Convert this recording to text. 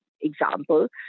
example